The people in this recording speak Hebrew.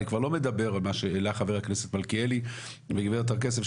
אני כבר לא מדבר מה שהעלה ח"כ מלכיאלי וגברת הר כסף,